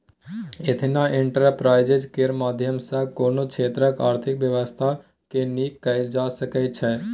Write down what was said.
ethnic enterprise केर माध्यम सँ कोनो क्षेत्रक आर्थिक बेबस्था केँ नीक कएल जा सकै छै